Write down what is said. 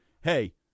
hey